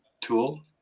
tool